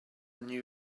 new